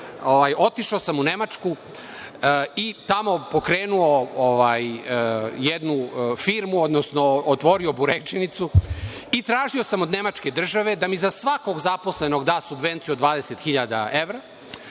otišao sam u Nemačku i tamo pokrenuo jednu firmu, odnosno otvorio buregdžinicu i tražio sam od Nemačke države da mi za svakog zaposlenog da subvenciju od 20 hiljada